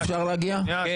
"(י)